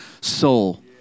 soul